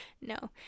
no